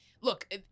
Look